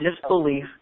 disbelief